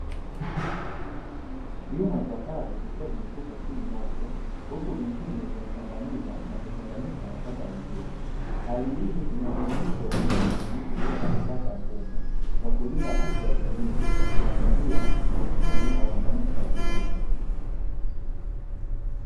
Vyuma chakavu vikiwa vimetupwa chini ovyo, huku vingine vimekandamizwa na kuchanganyika na taka nyingine hali hii inadhihirisha umuhimu wa usimamizi bora wa taka ngumu kwa kulinda afya ya jamii, mazingira na uchumi wa wananchi kiujumla.